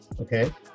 Okay